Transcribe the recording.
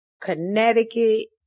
Connecticut